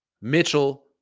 Mitchell